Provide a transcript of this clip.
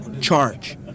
charge